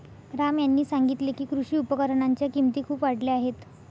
राम यांनी सांगितले की, कृषी उपकरणांच्या किमती खूप वाढल्या आहेत